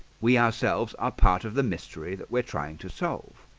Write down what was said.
we ourselves are part of the mystery that we're trying to solve